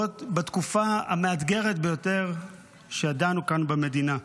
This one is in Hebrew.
ועוד בתקופה המאתגרת ביותר שידענו כאן במדינה.